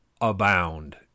abound